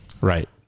Right